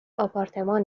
آپارتمان